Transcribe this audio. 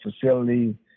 facility